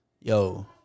Yo